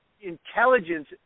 intelligence